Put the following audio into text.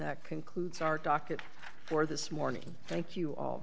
that concludes our docket for this morning thank you all